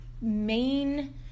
main